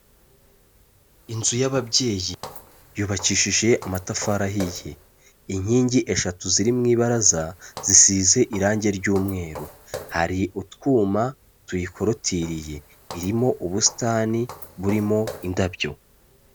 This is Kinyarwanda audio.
Inzu y'ababyeyi yubakishije amatafari ahiye, inkingi eshatu ziri mu ibaraza zisize irange ry'umweru, hari utwuma tuyikorotiriye, irimo ubusitani burimo indabyo.